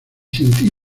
sentí